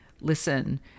listen